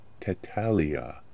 Tetalia